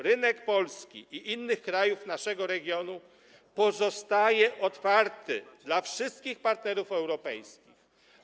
Rynek polski i innych krajów naszego regionu pozostaje otwarty dla wszystkich partnerów europejskich.